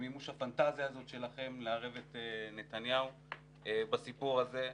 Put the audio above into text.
למימוש הפנטזיה הזאת שלכם לערב את נתניהו בסיפור הזה,